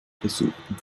besuchten